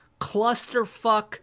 clusterfuck